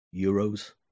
euros